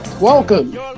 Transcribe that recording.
welcome